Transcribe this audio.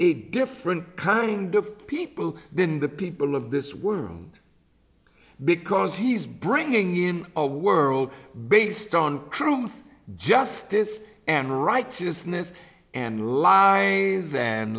a different kind of people than the people of this world because he's bringing in a world based on truth justice and righteousness and lie and